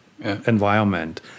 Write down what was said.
environment